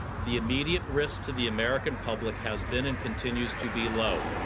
the immediate risk to the american public has been and continues to be low.